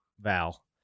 Val